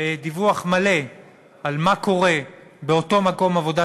דיווח מלא על מה קורה באותו מקום עבודה